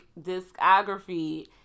discography